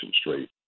straight